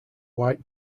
white